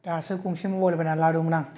दासो गंसे मबाइल बायना लादोंमोन आं